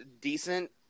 decent